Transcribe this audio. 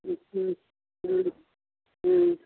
ம் ம் ம் ம்